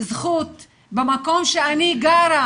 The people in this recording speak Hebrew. זכות במקום שאני גרה,